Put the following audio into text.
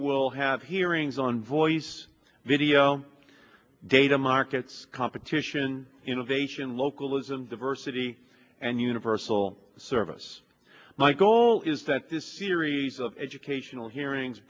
will have hearings on voice video data markets competition innovation localism diversity and universal service my goal is that this series of educational hearings